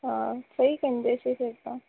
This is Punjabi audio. ਹਾਂ ਸਹੀ ਕਹਿੰਦੇ ਸੀ ਫਿਰ ਤਾਂ